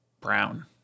brown